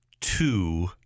Two